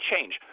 change